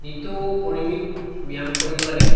নিতৌ পৰিমিত ব্যায়াম কৰিব লাগে